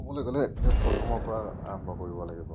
ক'বলৈ গ'লে প্ৰথমৰ পৰা আৰম্ভ কৰিব লাগিব